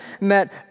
met